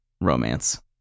romance